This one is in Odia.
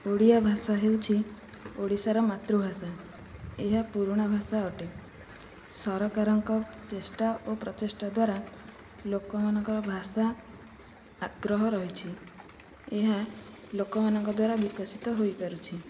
ଓଡ଼ିଆ ଭାଷା ହେଉଛି ଓଡ଼ିଶାର ମାତୃଭାଷା ଏହା ପୁରୁଣା ଭାଷା ଅଟେ ସରକାରଙ୍କ ଚେଷ୍ଟା ଓ ପ୍ରଚେଷ୍ଟା ଦ୍ୱାରା ଲୋକମାନଙ୍କର ଭାଷା ଆଗ୍ରହ ରହିଛି ଏହା ଲୋକମାନଙ୍କ ଦ୍ୱାରା ବିକଶିତ ହୋଇପାରୁଛି